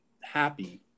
happy